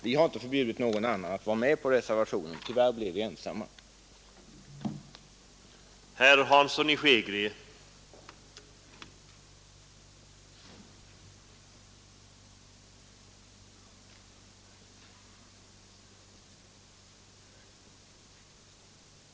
Vi har inte förbjudit någon annan att skriva under reservationen, men tyvärr blev vi ensamma om den.